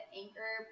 anchor